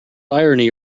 irony